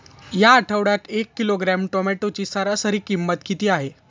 या आठवड्यात एक किलोग्रॅम टोमॅटोची सरासरी किंमत किती आहे?